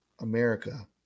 America